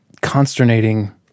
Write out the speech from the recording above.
consternating